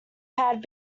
had